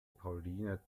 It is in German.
pauline